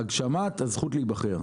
הגשמת הזכות להיבחר.